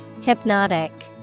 Hypnotic